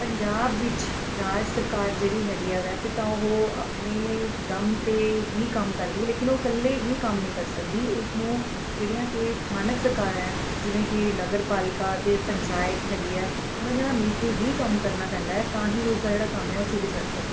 ਪੰਜਾਬ ਵਿੱਚ ਰਾਜ ਸਰਕਾਰ ਜਿਹੜੀ ਹੈਗੀ ਹੈ ਵੈਸੇ ਤਾਂ ਉਹ ਆਪਣੇ ਦਮ 'ਤੇ ਹੀ ਕੰਮ ਕਰਦੀ ਹੈ ਲੇਕਿਨ ਉਹ ਇਕੱਲੇ ਵੀ ਕੰਮ ਨਹੀਂ ਕਰ ਸਕਦੀ ਉਸਨੂੰ ਜਿਹੜੀਆਂ ਕਿ ਸਥਾਨਕ ਸਰਕਾਰਾਂ ਹੈ ਜਿਵੇਂ ਕਿ ਨਗਰ ਪਾਲਿਕਾ ਅਤੇ ਪੰਚਾਇਤ ਹੈਗੀ ਹੈ ਉਹਨਾਂ ਦੇ ਨਾਲ ਮਿਲ ਕੇ ਹੀ ਕੰਮ ਕਰਨਾ ਪੈਂਦਾ ਹੈ ਤਾਂ ਹੀ ਉਸਦਾ ਜਿਹੜਾ ਕੰਮ ਹੈ ਉਹ ਸਿਰੇ ਚੜ੍ਹ ਸਕਦਾ ਹੈ